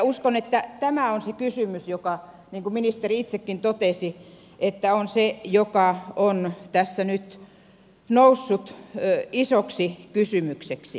uskon että tämä on se kysymys joka niin kuin ministeri itsekin totesi on tässä nyt noussut isoksi kysymykseksi